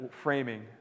framing